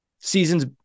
season's